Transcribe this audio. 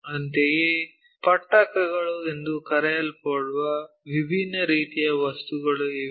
ಅಂತೆಯೇ ಪಟ್ಟಕಗಳು ಎಂದು ಕರೆಯಲ್ಪಡುವ ವಿಭಿನ್ನ ರೀತಿಯ ವಸ್ತುಗಳು ಇವೆ